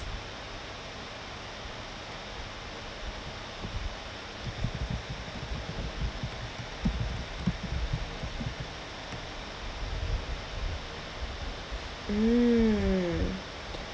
mm